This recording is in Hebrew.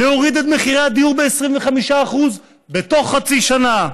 להוריד את מחירי הדיור ב-25% בתוך חצי שנה.